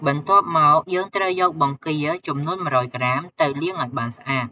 បន្ទាប់មក យើងត្រូវយកបង្គាចំនួន ១០០ក្រាមទៅលាងឱ្យបានស្អាត។